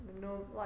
¿no